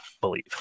believe